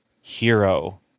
hero